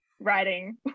writing